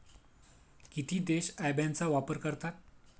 किती देश IBAN चा वापर करतात?